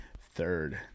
third